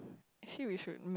actually we should make